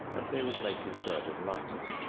and they would make his burden lighter.